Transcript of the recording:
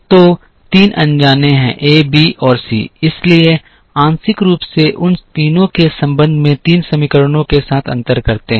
तो तीन अनजाने हैं a b और c इसलिए आंशिक रूप से उन तीनों के संबंध में तीन समीकरणों के साथ अंतर करते हैं